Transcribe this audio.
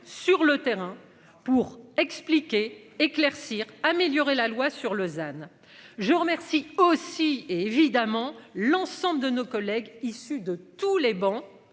sur le terrain pour expliquer éclaircir améliorer la loi sur Lausanne. Je remercie aussi évidemment l'ensemble de nos collègues issus de tous les bancs